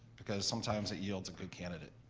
because sometimes it yields a good candidate.